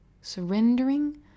surrendering